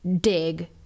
dig